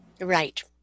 right